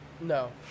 No